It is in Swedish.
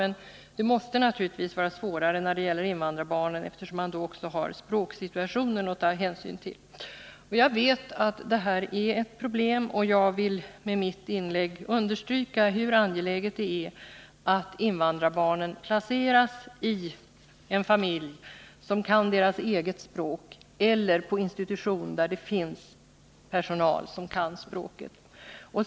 Men det måste naturligtvis vara svårare när det gäller invandrarbarn, eftersom man då har också språksituationen att ta hänsyn till. Jag vet att detta är ett problem, och jag vill med mitt inlägg understryka hur angeläget det är att invandrarbarn placeras i familjer som kan deras eget språk eller på institutioner där det finns personal som kan språket.